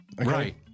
Right